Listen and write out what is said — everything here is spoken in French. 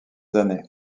années